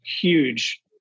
huge